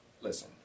listen